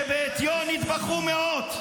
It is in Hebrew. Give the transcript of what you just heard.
שבעטיו נטבחו מאות?